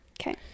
okay